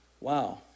Wow